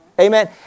Amen